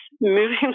moving